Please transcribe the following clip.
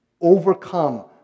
overcome